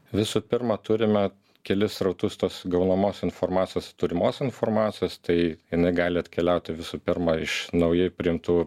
visų pirma turime kelis srautus tos gaunamos informacijos turimos informacijos tai jinai gali atkeliauti visų pirma iš naujai priimtų